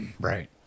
Right